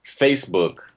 Facebook